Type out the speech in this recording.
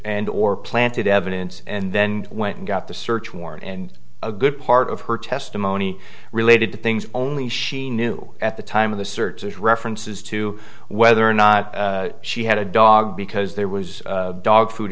and or planted evidence and then went and got the search warrant and a good part of her testimony related to things only she knew at the time of the searches references to whether or not she had a dog because there was dog food